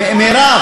העיקר שירד גשם.